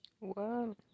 Wow